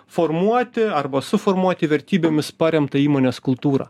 formuoti arba suformuoti vertybėmis paremtą įmonės kultūrą